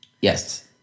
Yes